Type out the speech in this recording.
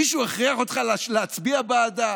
מישהו הכריח אותך להצביע בעדה?